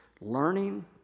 Learning